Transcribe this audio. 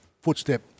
footstep